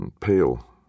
pale